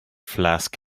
flask